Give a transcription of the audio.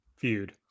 feud